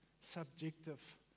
subjective